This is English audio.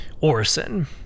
Orison